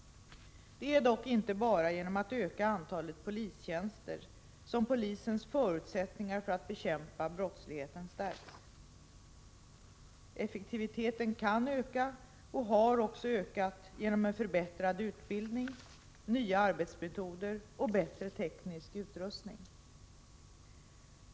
Det är dock inte bara genom att öka antalet polistjänster som polisens förutsättningar för att bekämpa brottsligheten stärks. Effektiviteten kan öka och har också ökat genom en förbättrad utbildning, nya arbetsmetoder och bättre teknisk utrustning.